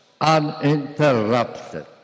uninterrupted